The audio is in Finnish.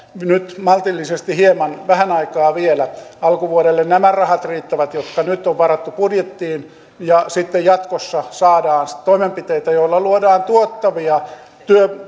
nyt maltillisesti hieman vähän aikaa vielä alkuvuodelle nämä rahat riittävät jotka nyt on varattu budjettiin ja sitten jatkossa saadaan toimenpiteitä joilla luodaan tuottavia